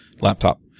laptop